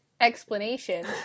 explanation